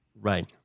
Right